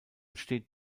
steht